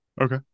Okay